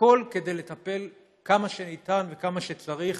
הכול כדי לטפל כמה שאפשר וכמה שצריך